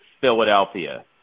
Philadelphia